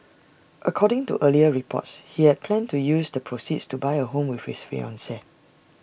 according to earlier reports he had planned to use the proceeds to buy A home with his fiancee